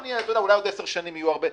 אולי בעוד עשר שנים יהיו הרבה.